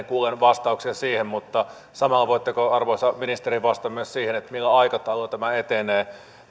kuulen vastauksen siihen mutta voitteko samalla arvoisa ministeri vastata myös siihen millä aikataululla tämä etenee